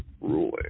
Ruling